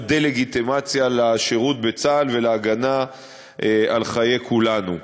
דה-לגיטימציה לשירות בצה"ל ולהגנה על חיי כולנו.